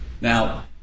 Now